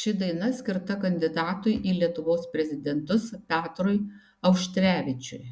ši daina skirta kandidatui į lietuvos prezidentus petrui auštrevičiui